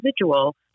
individual